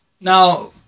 Now